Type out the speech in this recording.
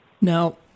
Now